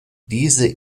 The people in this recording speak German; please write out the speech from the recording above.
diese